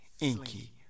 inky